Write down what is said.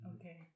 okay